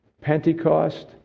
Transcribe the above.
Pentecost